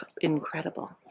incredible